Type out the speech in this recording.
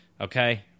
Okay